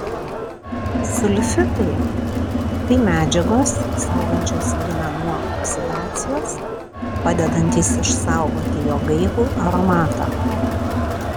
sulfitai tai medžiagos saugančios vyną nuo oksidacijos padedantys išsaugoti jo gaivų aromatą